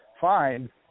fine